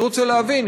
אני רוצה להבין,